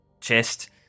chest